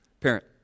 Parent